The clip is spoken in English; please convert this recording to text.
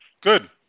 Good